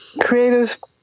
Creative